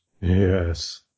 Yes